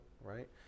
right